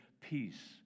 peace